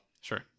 sure